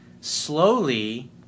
slowly